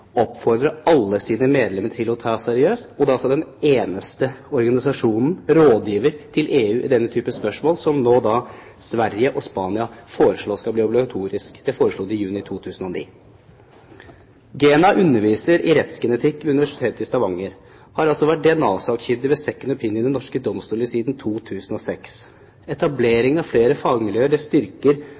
oppfordrer alle sine medlemmer til å ta seriøst. Og det er altså den eneste rådgiveren til EU i denne typen spørsmål, som Sverige og Spania i juni 2009 foreslo skal bli obligatorisk. GENA underviser i rettsgenetikk ved Universitetet i Stavanger og har altså vært DNA-sakkyndig ved «second opinion» ved norske domstoler siden 2006. Etableringen av flere fagmiljøer styrker rettssikkerheten gjennom muligheten for «second opinion», analyse og fortolkning av DNA. Det